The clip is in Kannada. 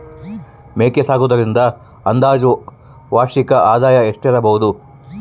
ಮೇಕೆ ಸಾಕುವುದರಿಂದ ಅಂದಾಜು ವಾರ್ಷಿಕ ಆದಾಯ ಎಷ್ಟಿರಬಹುದು?